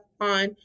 on